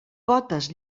potes